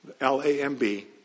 L-A-M-B